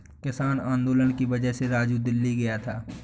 किसान आंदोलन की वजह से राजू दिल्ली गया था